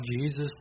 Jesus